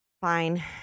Fine